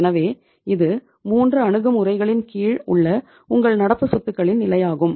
எனவே இது 3 அணுகுமுறைகளின் கீழ் உள்ள உங்கள் நடப்பு சொத்துகளின் நிலை ஆகும்